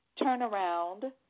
turnaround